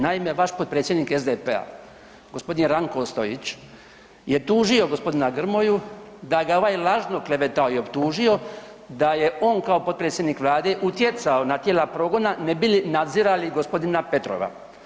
Naime, vaš potpredsjednik SDP-a gospodin Ranko Ostojić je tužio gospodina Grmoju da ga ovaj lažno klevetao i optužio da je on kao potpredsjednik vlade utjecao na tijela progona ne bi li nadzirali gospodina Petrova.